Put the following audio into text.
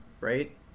right